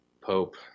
Pope